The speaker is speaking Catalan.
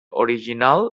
original